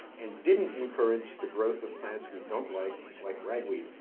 and didn't encourage the growth of plants we don't like, like ragweed.